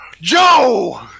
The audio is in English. Joe